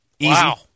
Wow